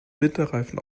winterreifen